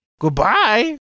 Goodbye